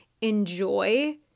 enjoy